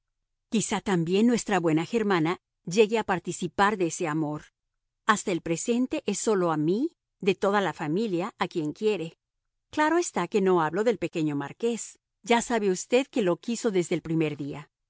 quizá también nuestra buena germana llegue a participar de ese amor hasta el presente es sólo a mí de toda la familia a quien quiere claro está que no hablo del pequeño marqués ya sabe usted que lo quiso desde el primer día